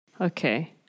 Okay